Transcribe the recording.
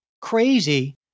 crazy